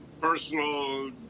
personal